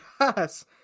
Yes